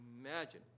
imagine